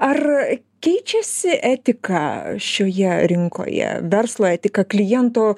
ar keičiasi etika šioje rinkoje verslo etika kliento